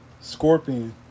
scorpion